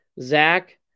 Zach